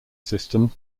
system